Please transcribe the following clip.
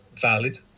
valid